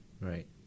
Right